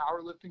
powerlifting